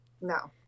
No